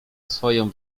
swoją